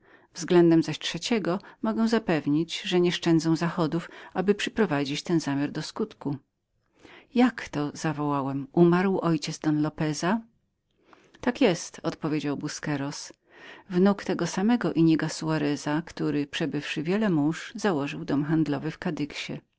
względem zaś trzeciego mogę zapewnić że nieszczędzę zachodów aby przyprowadzić ten zamiar do skutku jako zawołałem umarł ojciec don lopeza tak jest odpowiedział busquero wnuk tego samego inniga soareza który przebywszy wiele mórz założył dom handlowy